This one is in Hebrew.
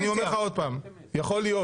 אני אומר לך עוד פעם: יכול להיות